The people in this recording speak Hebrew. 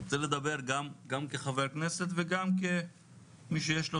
רוצה לדבר גם כחבר כנסת וגם כמי שיש לו